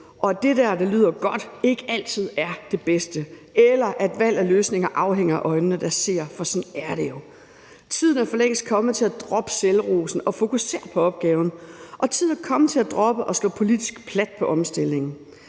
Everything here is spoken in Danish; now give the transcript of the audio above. sig selv. Det, der lyder godt, er ikke altid det bedste, og valget af løsninger afhænger af øjnene, der ser, for sådan er det jo. Tiden er for længst kommet til at droppe selvrosen og fokusere på opgaven, og tiden er kommet til at droppe at slå politisk plat på omstillingen.